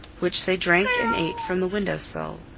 which they drank and ate from the window-sill.